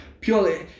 Purely